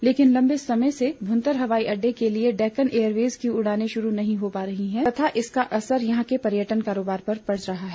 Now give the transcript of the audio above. लेकिन लंबे समय से भुंतर हवाई अड्डे के लिए से डेक्कन एयरवेज की उड़ानें शुरू नहीं हो पा रही है तथा इसका असर यहां के पर्यटन कारोबार पर पड़ रहा है